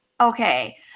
okay